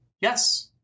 Yes